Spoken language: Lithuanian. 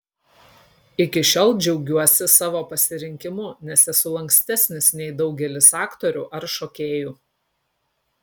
iki šiol džiaugiuosi savo pasirinkimu nes esu lankstesnis nei daugelis aktorių ar šokėjų